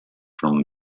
from